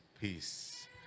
peace